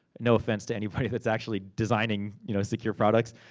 no offense to anybody that's actually designing you know secure products.